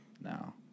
now